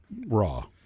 raw